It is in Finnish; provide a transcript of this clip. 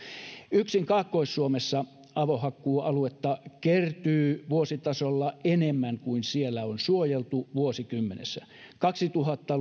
yksin kaakkois suomessa avohakkuualuetta kertyy vuositasolla enemmän kuin siellä on suojeltu vuosikymmenessä kaksituhatta